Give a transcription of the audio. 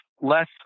less